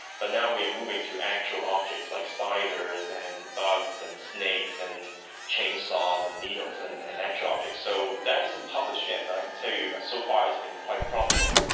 but now we are moving to actual objects like spiders and bugs and snakes and chainsaws and needles and and actual objects. so that isn't published yet, but i can tell you so far it has been quite promising.